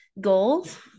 goals